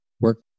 work